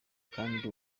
kandi